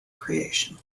creation